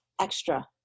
extra